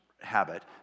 habit